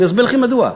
אני אסביר לכם מדוע.